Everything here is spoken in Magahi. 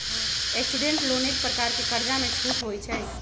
स्टूडेंट लोन एक प्रकार के कर्जामें छूट होइ छइ